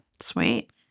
sweet